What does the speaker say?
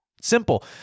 Simple